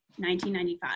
1995